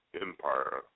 empire